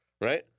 right